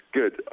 good